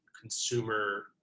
consumer